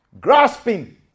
grasping